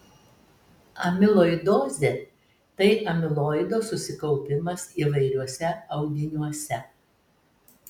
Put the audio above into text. amiloidozė tai amiloido susikaupimas įvairiuose audiniuose